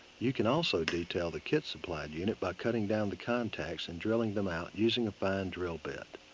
you can also detail the kit supplied unit by cutting down the contacts and drilling them out using a fine drill bit.